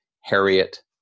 harriet